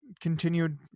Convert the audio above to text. continued